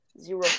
Zero